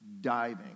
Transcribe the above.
diving